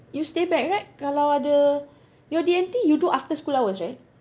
you stay back right kalau ada your D_N_T you do after school hours right